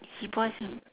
he puasa